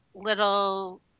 little